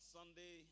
Sunday